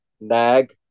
nag